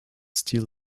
still